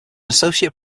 associate